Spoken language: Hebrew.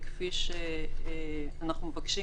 כפי שאנחנו מבקשים,